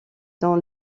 dans